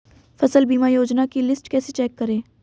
फसल बीमा योजना की लिस्ट कैसे चेक करें?